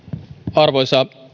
arvoisa